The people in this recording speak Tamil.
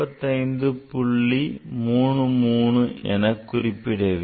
33 என குறிப்பிட வேண்டும்